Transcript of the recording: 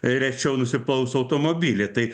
rečiau nusiplaus automobilį tai